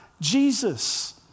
Jesus